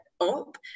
up